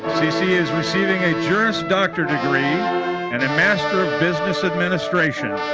cee cee is receiving a juris doctor degree and a master of business administration.